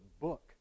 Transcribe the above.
book